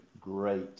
great